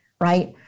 right